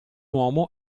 uomo